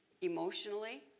emotionally